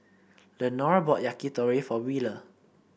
Lenore bought Yakitori for Wheeler